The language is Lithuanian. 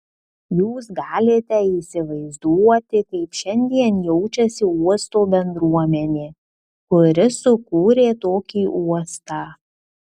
jūs galite įsivaizduoti kaip šiandien jaučiasi uosto bendruomenė kuri sukūrė tokį uostą